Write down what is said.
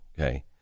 Okay